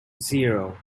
zero